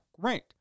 Great